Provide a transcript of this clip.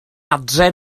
adre